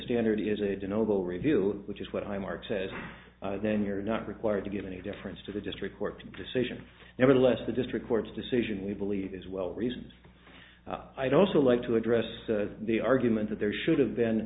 standard is a denotable review which is what i mark says then you're not required to give any difference to the district court decision nevertheless the district court's decision we believe is well reasons i'd also like to address the argument that there should have been